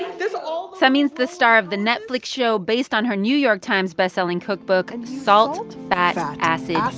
there's all. samin's the star of the netflix show based on her new york times bestselling cookbook, and salt, fat, acid,